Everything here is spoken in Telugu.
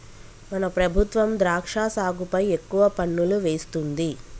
మన ప్రభుత్వం ద్రాక్ష సాగుపై ఎక్కువ పన్నులు వేస్తుంది